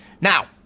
Now